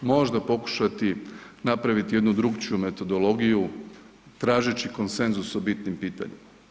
Možda pokušati napraviti jednu drukčiju metodologiju, tražeći konsenzus o bitnim pitanjima.